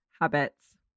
habits